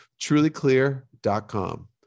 trulyclear.com